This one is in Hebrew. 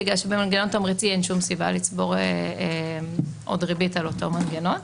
בגלל שבמנגנון תמריצי אין שום סיבה לצבור עוד ריבית על אותו מנגנון.